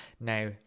Now